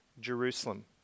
Jerusalem